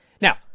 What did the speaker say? Now